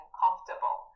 comfortable